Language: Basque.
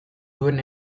duen